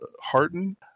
harton